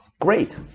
great